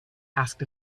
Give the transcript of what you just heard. asked